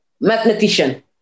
mathematician